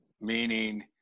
meaning